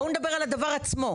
בואו נדבר על הדבר עצמו.